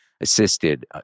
assisted